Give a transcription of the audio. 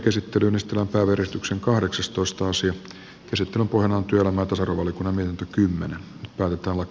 käsittelyn istua kaveristyksen kahdeksastoista sija asettelun pohjana ovat osa oli lämmintä kymmenen kantavat